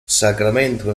sacramento